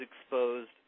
Exposed